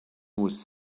was